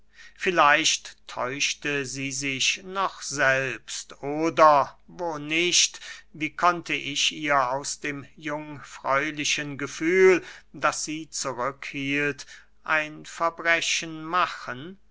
vielleicht täuschte sie sich noch selbst oder wo nicht wie konnte ich ihr aus dem jungfräulichen gefühl das sie zurückhielt ein verbrechen machen